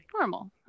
normal